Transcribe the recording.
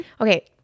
okay